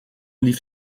lief